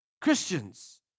Christians